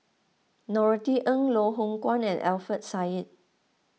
Norothy Ng Loh Hoong Kwan and Alfian Sa'At